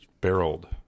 barreled